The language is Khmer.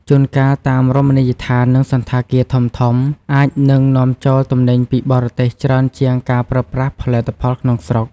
ជួនកាលតាម រមណីយដ្ឋាន និងសណ្ឋាគារធំៗអាចនឹងនាំចូលទំនិញពីបរទេសច្រើនជាងការប្រើប្រាស់ផលិតផលក្នុងស្រុក។